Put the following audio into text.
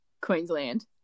Queensland